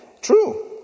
true